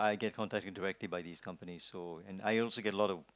I get contacted directly by these companies so I also get a lot of